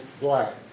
black